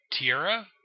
Tierra